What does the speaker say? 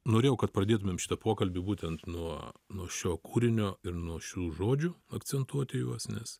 norėjau kad pradėtumėm šitą pokalbį būtent nuo nuo šio kūrinio ir nuo šių žodžių akcentuoti juos nes